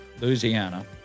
Louisiana